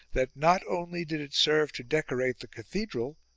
that not only did it serve to decorate the cathedral,